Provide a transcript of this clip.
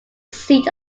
seat